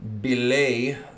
belay